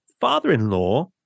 father-in-law